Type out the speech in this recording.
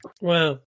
Wow